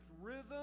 rhythm